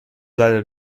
leider